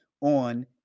on